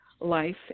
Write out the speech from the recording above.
life